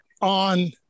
on